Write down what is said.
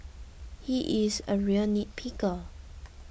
he is a real nitpicker